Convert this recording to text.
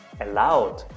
allowed